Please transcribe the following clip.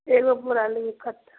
एगो बोरा लेबै कतेक